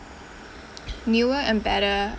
newer and better